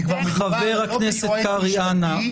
כי כבר מדובר לא ביועץ משפטי,